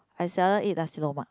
I seldom eat Nasi-Lemak